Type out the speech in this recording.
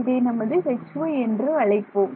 இதை நமது Hy என்று அழைப்போம்